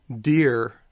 deer